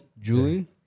Julie